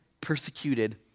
persecuted